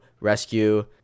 rescue